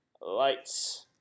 lights